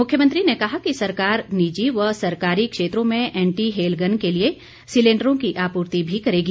मुख्यमंत्री ने कहा कि सरकार निजी व सरकारी क्षेत्रों में एंटी हेलगन के लिए सिलेंडरों की आपूर्ति भी करेगी